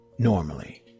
Normally